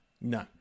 No